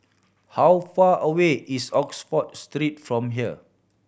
how far away is Oxford Street from here